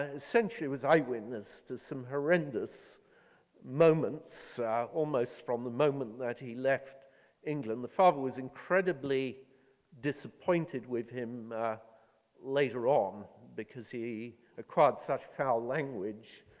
ah essentially was eye witness to some horrendous moments almost from the moment that he left england. the father was incredibly disappointed with him later on because he acquired such foul language,